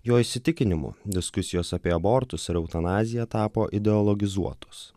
jo įsitikinimu diskusijos apie abortus eutanaziją tapo ideologizuotos